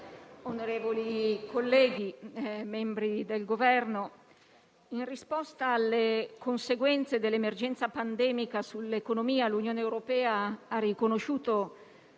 onorevoli colleghi, membri del Governo, in risposta alle conseguenze dell'emergenza pandemica sull'economia, l'Unione europea ha riconosciuto